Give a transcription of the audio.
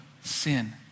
sin